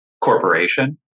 Corporation